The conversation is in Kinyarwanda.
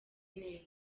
neza